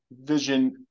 vision